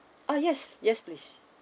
oh yes yes please